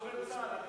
כדובר צה"ל.